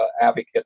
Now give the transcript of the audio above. advocate